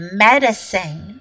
medicine